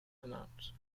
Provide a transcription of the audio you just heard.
amount